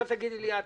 שני ארזי,